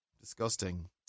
Disgusting